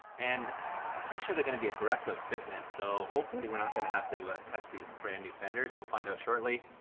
and i'm pretty sure they're gonna be aggressive fitment so hopefully we're not gonna have to touch these brand new fenders. we'll find out shortly.